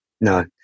No